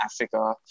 Africa